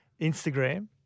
Instagram